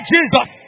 Jesus